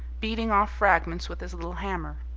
beating off fragments with his little hammer.